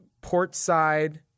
portside